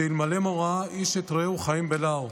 שאלמלא מוראה איש את רעהו חיים בלעו".